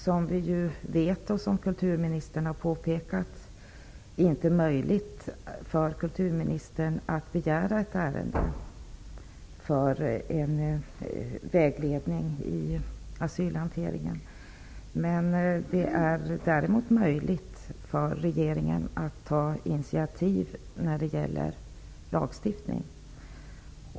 Som vi vet, och som kulturministern har påpekat, är det inte möjligt för kulturministern att begära in ett ärende för vägledning i asylhanteringen. Däremot är det möjligt för regeringen att ta initiativ när det gäller lagstiftning.